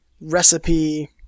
recipe